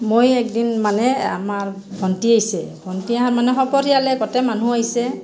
মই একদিন মানে আমাৰ ভণ্টি আইছে ভণ্টি আহাৰ মানে সপৰিয়ালে গটেই মানুহ আহিছে